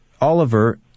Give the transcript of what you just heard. Oliver